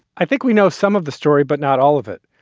i think we know some of the story, but not all of it.